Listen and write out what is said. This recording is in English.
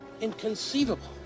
Inconceivable